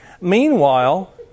Meanwhile